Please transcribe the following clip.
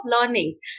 learning